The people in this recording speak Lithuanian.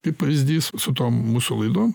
kai pavyzdys su tom mūsų laidom